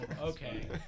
okay